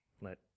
Let